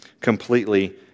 completely